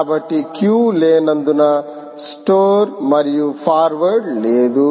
కాబట్టి క్యూస్ లేనందున స్టోర్ మరియు ఫార్వర్డ్ లేదు